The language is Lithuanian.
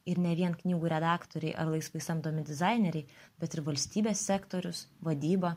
ir ne vien knygų redaktoriai ar laisvai samdomi dizaineriai bet ir valstybės sektorius vadyba